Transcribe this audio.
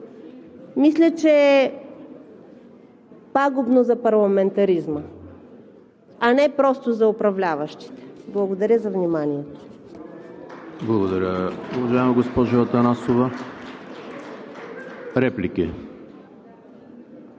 мисля, че е пагубно за парламентаризма, а не просто за управляващите. Благодаря за вниманието.